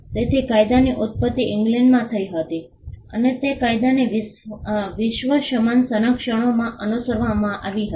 તેથી કાયદાની ઉત્પત્તિ ઇંગ્લેંડમાં થઈ હતી અને તે કાયદાને વિશ્વના સમાન સંસ્કરણોમાં અનુસરવામાં આવી હતી